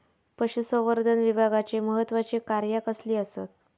पशुसंवर्धन विभागाची महत्त्वाची कार्या कसली आसत?